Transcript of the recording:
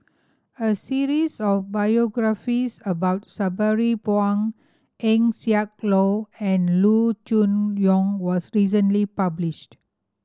a series of biographies about Sabri Buang Eng Siak Loy and Loo Choon Yong was recently published